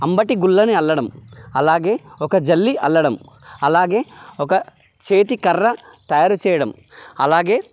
అంబటి గుళ్ళని అల్లడం అలాగే ఒక జల్లి అల్లడం అలాగే ఒక చేతి కర్ర తయారు చేయడం అలాగే